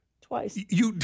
Twice